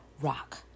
rock